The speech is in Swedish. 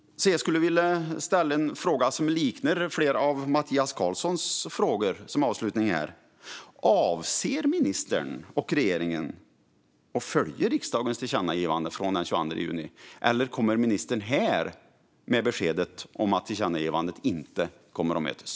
Jag skulle vilja ställa en fråga som liknar Mattias Karlssons frågor. Avser ministern och regeringen att följa riksdagens tillkännagivande från den 22 juni, eller kommer ministern att här ge besked om att tillkännagivandet inte kommer att mötas?